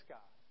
God